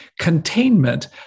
Containment